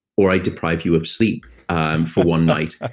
or i deprive you of sleep and for one night. ah